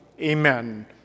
Amen